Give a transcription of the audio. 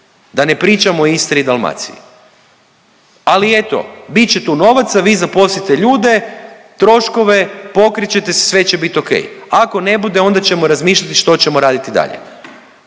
da ne pričamo o Istri i Dalmaciji? Ali eto, bit će tu novaca vi zaposlite ljude, troškove, pokrit ćete se sve će bit ok, ako ne bude onda ćemo razmišljati što ćemo raditi dalje.